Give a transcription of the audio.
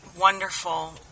wonderful